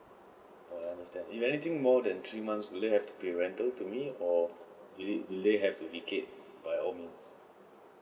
oh I understand if anything more than three months will they have to pay rental to me or will they will they have to vacate by all means